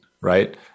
right